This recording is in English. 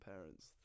parents